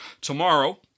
tomorrow